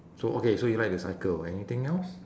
so okay so you like to cycle anything else